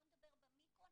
לא נדבר במיקרו,